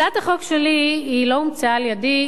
הצעת החוק שלי לא הומצאה על-ידי,